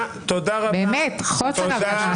באמת, חוסר הבנה.